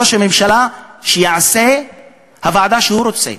ראש הממשלה, שיקים את הוועדה שהוא רוצה,